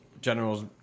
General's